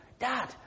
Dad